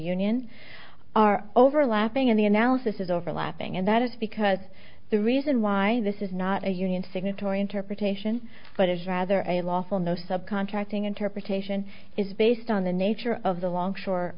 union are overlapping in the analysis is overlapping and that is because the reason why this is not a union signatory interpretation but is rather a lawful no subcontracting interpretation is based on the nature of the longshore